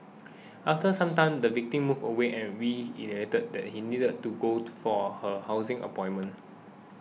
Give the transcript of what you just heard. after some time the victim moved away and reiterated that she needed to go for her housing appointment